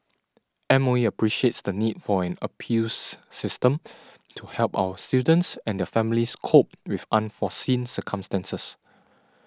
M O E appreciates the need for an appeals system to help our students and their families cope with unforeseen circumstances